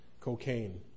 cocaine